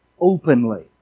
openly